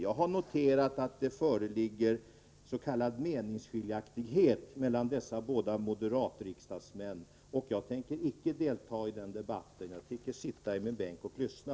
Jag har noterat att det föreligger s.k. meningsskiljaktighet mellan dessa båda moderatriksdagsmän, och jag tänker icke delta i den debatten. Jag tänker sitta i min bänk och lyssna.